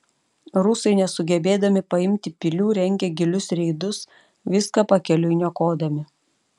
rusai nesugebėdami paimti pilių rengė gilius reidus viską pakeliui niokodami